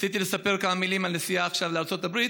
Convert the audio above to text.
רציתי לספר בכמה מילים על נסיעה לארצות הברית.